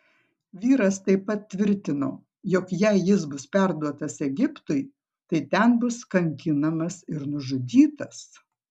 vyras taip pat tvirtino jog jei jis bus perduotas egiptui tai ten bus kankinamas ir nužudytas